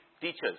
teachers